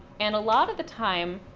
and a lot of the time,